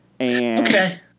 Okay